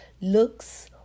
looks